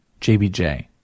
JBJ